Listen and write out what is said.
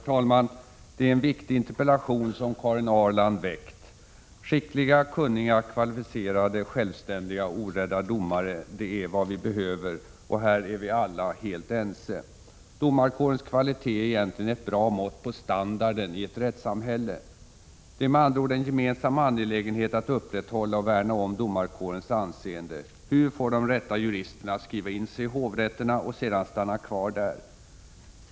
Herr talman! Det är en viktig interpellation som Karin Ahrland framställt. Skickliga, kunniga, kvalificerade, självständiga, orädda domare är vad vi behöver — och härom är vi alla helt ense. Domarkårens kvalitet är egentligen ett bra mått på standarden i ett rättssamhälle. Det är med andra ord en gemensam angelägenhet att upprätthålla och värna om domarkårens anseende. Hur få de rätta juristerna att skriva in sig vid hovrätterna och sedan stanna kvar där?